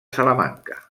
salamanca